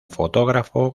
fotógrafo